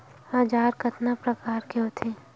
औजार कतना प्रकार के होथे?